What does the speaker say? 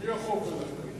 מי נמנע?